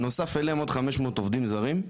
נוסף עליהם עוד 500 עובדים זרים,